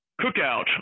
cookout